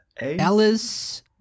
Alice